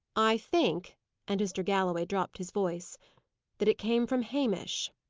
i think and mr. galloway dropped his voice that it came from hamish.